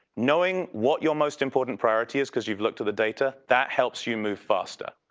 knowing what your most important priority is because you've looked at the data. that helps you move faster.